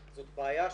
יש עוד בעיה במגרשים,